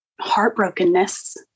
heartbrokenness